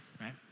right